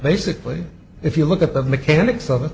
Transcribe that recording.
basically if you look at the mechanics of it